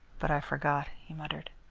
but i forgot, he muttered.